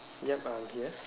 yup uh yeah